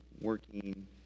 working